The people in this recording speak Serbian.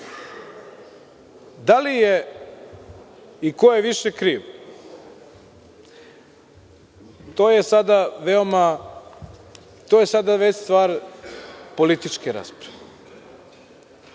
li je i ko je više kriv? To je sada već stvar političke rasprave.